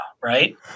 right